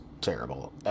terrible